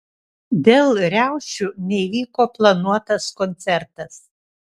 dėl riaušių neįvyko planuotas koncertas